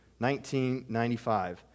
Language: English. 1995